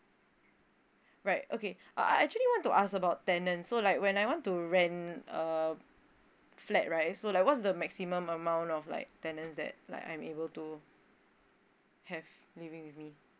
right okay uh I actually want to ask about tenant so like whenever I want to rent a flat right so like what's the maximum amount of like tenants that like I'm able to have living with me